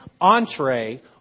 entree